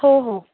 हो हो